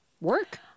work